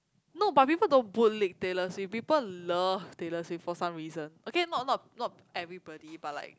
no but people don't bootlick Taylor Swift people love Taylor Swift for some reason okay not not not everybody but like